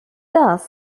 thus